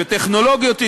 בטכנולוגיות ישראליות.